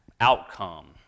outcome